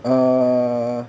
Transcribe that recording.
uh